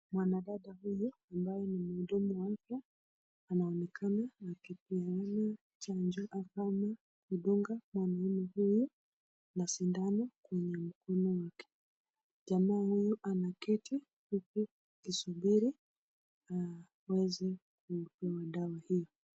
Mwanadada huyu ambaye ni mhudumu wa afya anaonekana akitengeneza chanjo alafu anamdunga mwanamme huyo na sindano kwenye mkono wake jamaa huyo ameketi huku akisubiri aweze kupewa dawa hiyo.